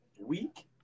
week